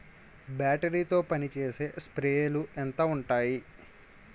Battery తో పనిచేసే స్ప్రేలు ఎంత ఉంటాయి?